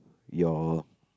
your